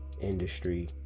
industry